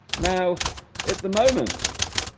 now at the moment